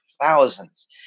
thousands